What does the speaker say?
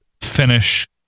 finish